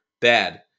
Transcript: bad